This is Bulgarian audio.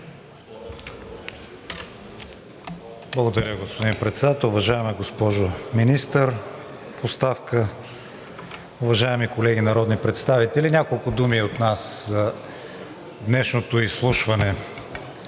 Благодаря, господин Председател. Уважаема госпожо Министър в оставка, уважаеми колеги народни представители! Няколко думи и от нас в днешното изслушване.